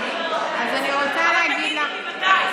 אבל תגידו לי מתי.